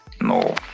No